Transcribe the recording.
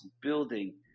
building